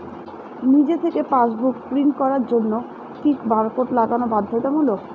নিজে থেকে passbook print করার জন্য কি বারকোড লাগানো বাধ্যতামূলক?